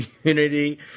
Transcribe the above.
community